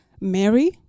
Mary